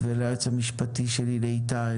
את היועץ המשפטי לאיתי,